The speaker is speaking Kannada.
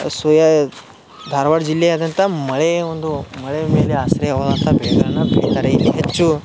ಸೋಯಾ ಧಾರ್ವಾಡ ಜಿಲ್ಲೆಯಾದಂಥ ಮಳೆಯ ಒಂದು ಮಳೆಯ ಮೇಲೆ ಆಶ್ರಯವಾದಂಥ ಬೆಳೆಗಳನ್ನು ಬೆಳೀತಾರೆ ಇಲ್ಲಿ ಹೆಚ್ಚು